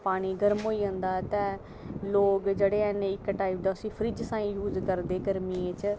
पानी गर्म होई जंदा ते लोग जेह्ड़े हैन उसी इक्क टाईम दा फ्रिज साही यूज़ करदे गरमियें च